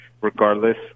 regardless